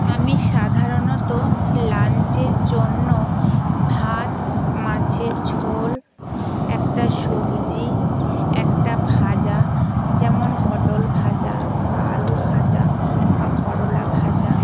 আমি সাধারণত লাঞ্চের জন্য ভাত মাছের ঝোল একটা সবজি একটা ভাজা যেমন পটল ভাজা বা আলু ভাজা বা করলা ভাজা